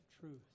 truth